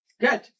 Good